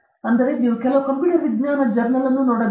ಆದ್ದರಿಂದ ನೀವು ಕೆಲವು ಕಂಪ್ಯೂಟರ್ ವಿಜ್ಞಾನ ಜರ್ನಲ್ ಅನ್ನು ನೋಡಬೇಕು